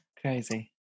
Crazy